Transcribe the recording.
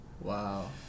Wow